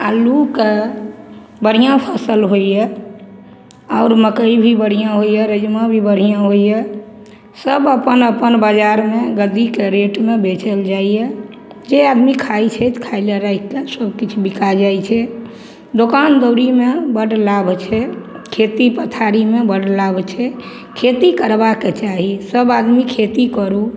अल्लूके बढ़िआँ फसिल होइए आओर मकइ भी बढ़िआँ होइए रजमा भी बढ़िआँ होइए सब अपन अपन बजारमे गद्दीके रेटमे बेचल जाइए जे आदमी खाइ छै खाइले राखिके सबकिछु बिका जाए छै दोकान दौरीमे बड्ड लाभ छै खेती पथारीमे बड्ड लाभ छै खेती करबाके चाही सभ आदमी खेती करू